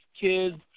kids